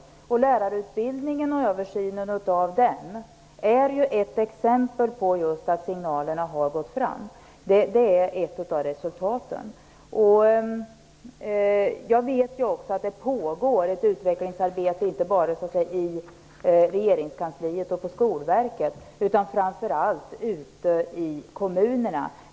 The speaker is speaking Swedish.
Översynen av lärarutbildningen är ett exempel just på att signalerna har gått fram. Det är ett av resultaten. Jag vet också att det pågår ett utvecklingsarbete, inte bara i regeringskansliet och på Skolverket, utan framför allt ute i kommunerna.